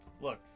Look